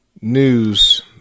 news